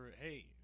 hey